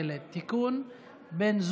בזה שהם גם לא רוצים להיות בעם היהודי.